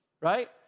right